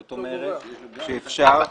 זאת אומרת, אפשר.